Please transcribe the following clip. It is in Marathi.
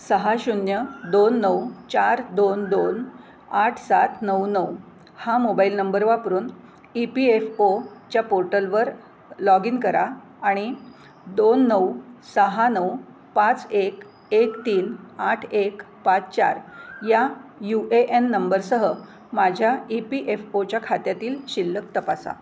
सहा शून्य दोन नऊ चार दोन दोन आठ सात नऊ नऊ हा मोबाईल नंबर वापरून ई पी एफ ओ च्या पोर्टलवर लॉग इन करा आणि दोन नऊ सहा नऊ पाच एक एक तीन आठ एक पाच चार या यू ए एन नंबरसह माझ्या ई पी एफ ओच्या खात्यातील शिल्लक तपासा